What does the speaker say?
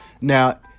Now